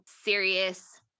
serious